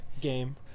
game